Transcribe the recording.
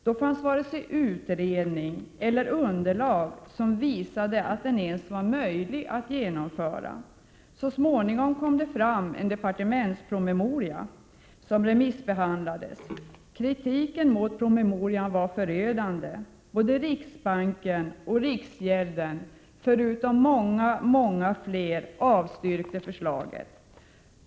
Det fanns varken utredning eller underlag som visade att skatten ens var möjlig att genomföra. Så småningom kom då fram en departementspromemoria som remissbehandlades. Kritiken mot promemorian var förödande. Både riksbanken och riksgäldskontoret samt många fler avstyrkte förslaget.